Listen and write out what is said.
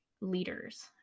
leaders